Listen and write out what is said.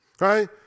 Right